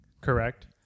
correct